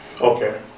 Okay